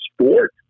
sport